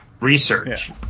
research